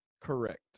correct